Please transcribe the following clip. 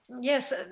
Yes